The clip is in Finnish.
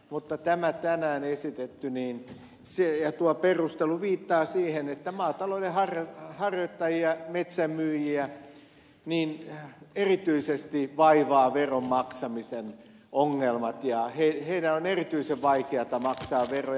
mutta tämä tänään esitetty perustelu viittaa siihen että maatalouden harjoittajia metsän myyjiä erityisesti vaivaavat veron maksamisen ongelmat ja heidän on erityisen vaikeata maksaa veroja